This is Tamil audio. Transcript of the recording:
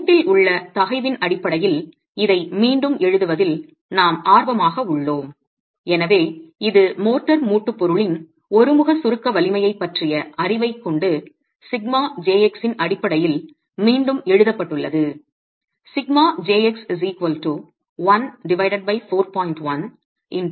மூட்டில் உள்ள தகைவின் அடிப்படையில் இதை மீண்டும் எழுதுவதில் நாம் ஆர்வமாக உள்ளோம் எனவே இது மோர்டார் மூட்டுப் பொருளின் ஒருமுக சுருக்க வலிமையைப் பற்றிய அறிவைக் கொண்டு σjx ன் அடிப்படையில் மீண்டும் எழுதப்பட்டுள்ளது